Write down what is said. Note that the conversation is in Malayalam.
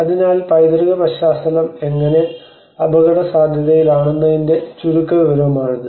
അതിനാൽ പൈതൃക പശ്ചാത്തലം എങ്ങനെ അപകടസാധ്യതയിലാണെന്നതിന്റെ ചുരുക്കവിവരണമാണിത്